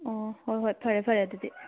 ꯑꯥ ꯍꯣꯏ ꯍꯣꯏ ꯐꯔꯦ ꯐꯔꯦ ꯑꯗꯨꯗꯤ